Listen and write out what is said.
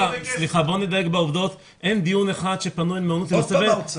בוא נדייק בעובדות אין דיון אחד שפנו אלינו מעונות